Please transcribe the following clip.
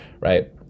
right